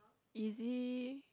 easy